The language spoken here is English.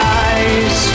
eyes